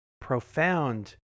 profound